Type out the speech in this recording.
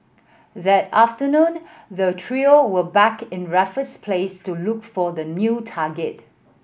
that afternoon the trio were back in Raffles Place to look for the new target